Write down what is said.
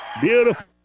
Beautiful